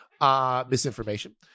Misinformation